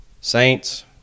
Saints